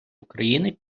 україни